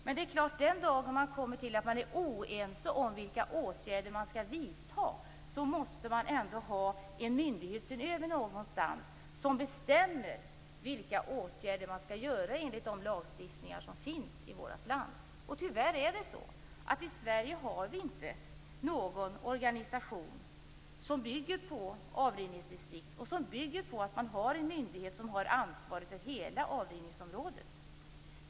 Men den dag som man blir oense om vilka åtgärder som skall vidtas måste man ha en tillsynsmyndighet som bestämmer vilka åtgärder som skall vidtas enligt den lagstiftning som finns. Tyvärr har vi inte någon organisation i Sverige som bygger på avrinningsdistrikt och på att man har en myndighet som har ansvar för hela avrinningsområdet.